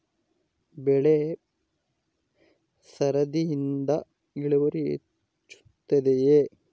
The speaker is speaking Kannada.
ಬೆಳೆ ಸರದಿಯಿಂದ ಇಳುವರಿ ಹೆಚ್ಚುತ್ತದೆಯೇ?